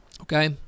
Okay